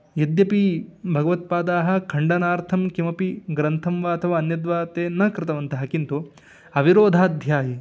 यद्यपि भगवत्पादाः खण्डनार्थं किमपि ग्रन्थं वा अथवा अन्यद् वा ते न कृतवन्तः किन्तु अविरोधाध्याये